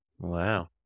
Wow